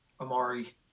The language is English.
Amari